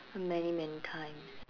many many times